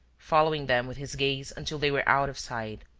following them with his gaze until they were out of sight,